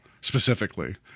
specifically